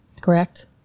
correct